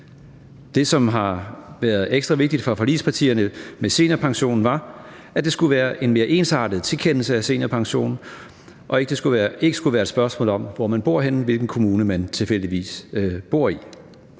Det, som har været ekstra vigtigt for forligspartierne i forbindelse med seniorpensionen, var, at der skulle være en mere ensartet tilkendelse af seniorpensionen, og at det ikke skulle være et spørgsmål om, hvor man bor henne, eller hvilken kommune man tilfældigvis bor i.